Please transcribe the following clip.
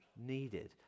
needed